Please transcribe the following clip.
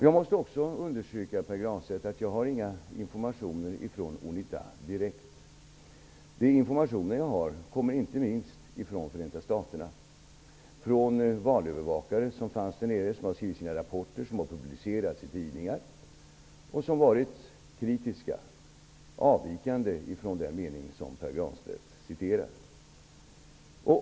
Jag måste också understryka, Pär Granstedt, att jag inte får några informationer direkt från Unita. De informationer jag har kommer inte minst från Förenta staterna. De kommer från valövervakare som har skrivit rapporter som publicerats i tidningar. De har varit kritiska och avvikit från den mening som Pär Granstedt återger.